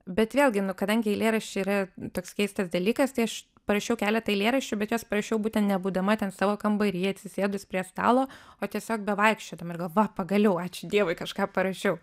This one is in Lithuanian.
bet vėlgi kadangi eilėraščiai yra toks keistas dalykas tai aš parašiau keletą eilėraščių bet juos parašiau būtent nebūdama ten savo kambary atsisėdus prie stalo o tiesiog bevaikščiodama ir galvoju pagaliau ačiū dievui kažką parašiau